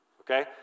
Okay